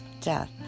death